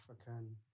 African